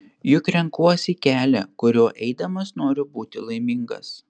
juk renkuosi kelią kuriuo eidamas noriu būti laimingas